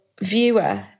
viewer